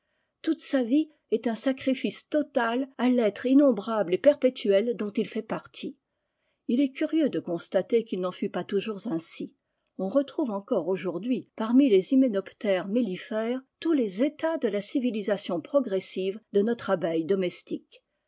toute sa vie est un sacrifice total à l'être innombrable et perpétuel dont il fait partie il est curieux de constater qu'il n'en fut pas toujours ainsi on retrouve encore aujourd'hui parmi les hyménoptères mellifères tous les états de la civilisation progressive de notre abeille domestique